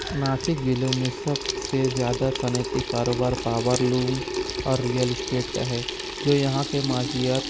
ناسک ضلع میں سب سے زیادہ صنعتی کاروبار پاورلوم اور ریئل اسٹیٹ کا ہے جو یہاں کے معاشیات